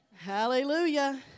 Hallelujah